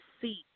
seat